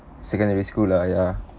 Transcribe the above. secondary school lah ya